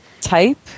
type